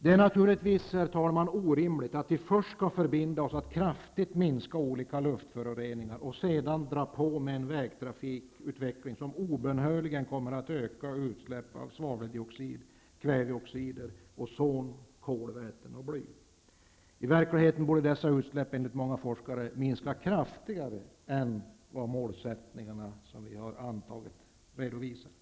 Det är naturligtvis orimligt att vi först skall förbinda oss att kraftigt minska olika luftföroreningar och sedan dra på med en vägtrafikutveckling som obönhörligen kommer att öka utsläppen av svaveldioxid, kväveoxider, ozon, kolväten och bly. I verkligheten borde dessa utsläpp enligt många forskare minska kraftigare än vad de målsättningar som vi har antagit redovisar.